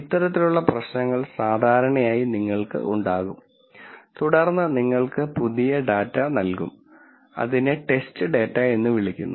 ഇത്തരത്തിലുള്ള പ്രശ്നങ്ങൾ സാധാരണയായി നിങ്ങൾക്ക് ഉണ്ടാകും തുടർന്ന് നിങ്ങൾക്ക് പുതിയ ഡാറ്റ നൽകും അതിനെ ടെസ്റ്റ് ഡാറ്റ എന്ന് വിളിക്കുന്നു